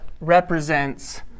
represents